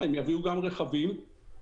שאנחנו יודעים בדיוק איפה הם מיוצרים.